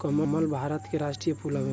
कमल भारत के राष्ट्रीय फूल हवे